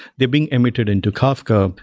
they're being emitted into kafka.